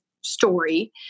story